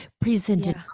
presented